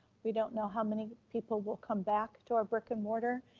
we don't know how many people will come back to our brick and mortar,